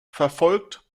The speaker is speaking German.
verfolgt